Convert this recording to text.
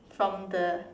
from the